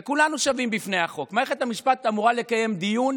וכולנו שווים בפני החוק, אמורה לקיים דיון